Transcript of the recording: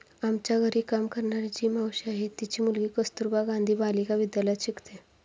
आमच्या घरी काम करणारी जी मावशी आहे, तिची मुलगी कस्तुरबा गांधी बालिका विद्यालयात शिकते